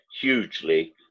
hugely